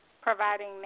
providing